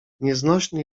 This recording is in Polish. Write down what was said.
nieznośny